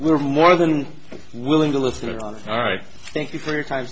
we're more than willing to listen to ron all right thank you for your time